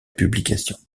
publication